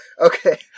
Okay